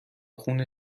خون